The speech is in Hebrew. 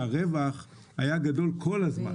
זה שהרווח היה גדול כל הזמן.